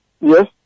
yes